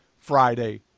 Friday